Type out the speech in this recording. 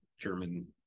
German